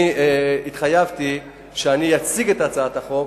אני התחייבתי שאציג את הצעת החוק